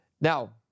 Now